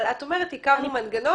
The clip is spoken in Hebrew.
אבל את אומרת: הקמנו מנגנון,